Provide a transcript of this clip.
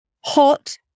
hot